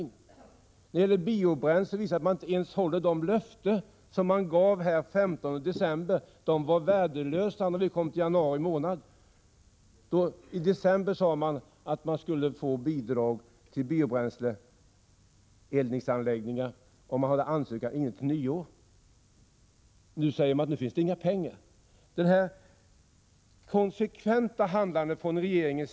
När det gäller biobränseln hålls inte ens de löften som gavs här den 15 december. De löftena var värdelösa när vi kom till januari månad. I december sades det att bidrag skulle utgå till biobränsleanläggningar om ansökningarna var inlämnade till nyår. Nu sägs att det inte finns några pengar. Det här är ett konsekvent handjande från regeringen.